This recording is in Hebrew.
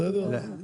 בסדר.